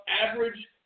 average